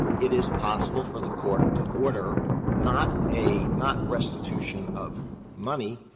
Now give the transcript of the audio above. it is possible for the court to order not a, not restitution of money,